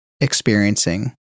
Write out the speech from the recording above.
experiencing